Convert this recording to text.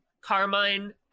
Carmine